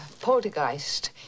poltergeist